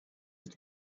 with